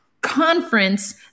Conference